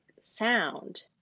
sound